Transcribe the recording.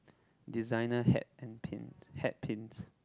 designer hat and pint hat pins